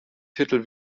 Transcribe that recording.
titel